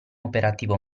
operativo